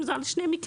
אם זה על שני מקרים,